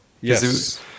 Yes